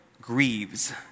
grieves